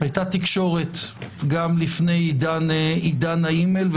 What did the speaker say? הייתה תקשורת גם לפני עידן האימייל,